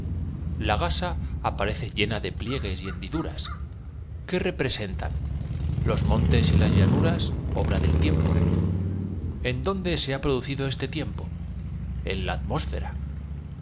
la gasa aparece llena de pliegues y hen diduras qué representan los montes y las llanuras obra del tiempo en dónde se ha producido este tiempo en la atmósfera